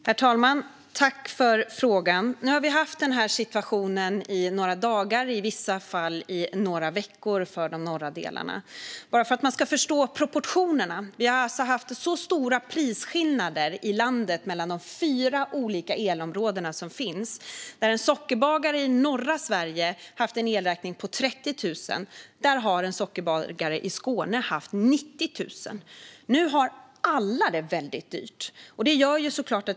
Herr talman! Jag tackar för frågan. Vi har haft den här situationen i några dagar, i vissa fall några veckor, i de norra delarna. För att man ska förstå proportionerna kan jag säga att vi har haft stora prisskillnader i landet mellan de fyra elprisområdena. När en sockerbagare i norra Sverige har haft en elräkning på 30 000 har en sockerbagare i Skåne haft en räkning på 90 000. Nu är det väldigt dyrt för alla.